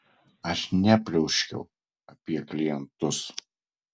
aš nepliauškiau apie klientus